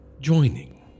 joining